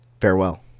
Farewell